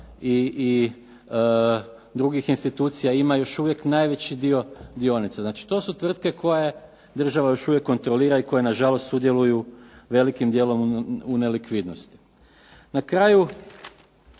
i drugih institucija ima još uvijek najveći dio dionica. Znači, to su tvrtke koje država još uvijek kontrolira i koje na žalost sudjeluju velikim dijelom u nelikvidnosti. Na kraju